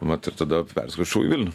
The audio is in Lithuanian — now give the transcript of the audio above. vat ir tada perskaičiau į vilnių